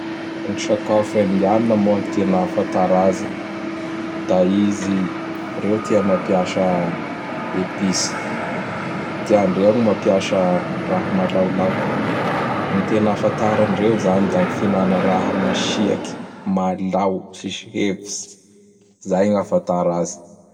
Gny sakafo Indianina moa gn tena afatara azy da izy reo tia mampiasa episy. Tiandreo gn mampiasa raha malaolao. Gn tena ahafatara andreo zany da gn fihinana raha masiaky, malao tsisy hevitsy, zay gn'afatara azy.